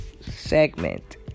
segment